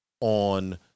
on